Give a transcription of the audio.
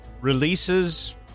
releases